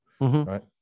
right